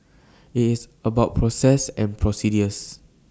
IT is about process and procedures